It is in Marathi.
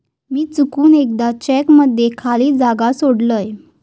मी चुकून एकदा चेक मध्ये खाली जागा सोडलय